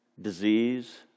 disease